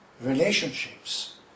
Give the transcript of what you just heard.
relationships